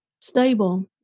stable